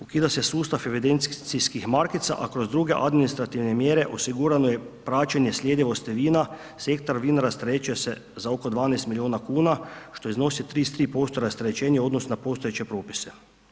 Ukida se sustav evidencijskih markica, a kroz druge administrativne mjere osigurano je praćenje sljedivosti vina, sektor vina rasterećuje se za oko 12 milijuna kuna što iznosi 33% rasterećenje u odnosu na postojeće propise.